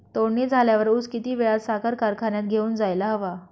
तोडणी झाल्यावर ऊस किती वेळात साखर कारखान्यात घेऊन जायला हवा?